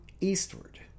eastward